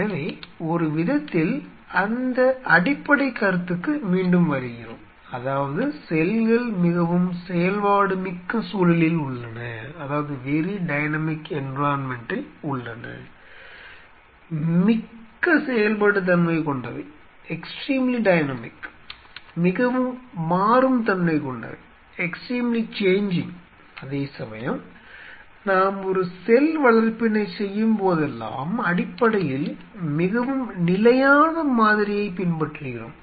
எனவே ஒரு விதத்தில் அந்த அடிப்படைக் கருத்துக்கு மீண்டும் வருகிறோம் அதாவது செல்கள் மிகவும் செயல்பாடுமிக்க சூழலில் உள்ளன மிக்க செயல்படு தன்மையைக் கொண்டவை மிகவும் மாறும் தன்மை கொண்டவை அதேசமயம் நாம் ஒரு செல் வளர்ப்பினைச் செய்யும்போதெல்லாம் அடிப்படையில் மிகவும் நிலையான மாதிரியைப் பின்பற்றுகிறோம்